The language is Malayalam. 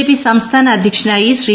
ജെപി സംസ്ഥാന അധ്യക്ഷനായി ശ്രീ